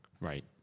Right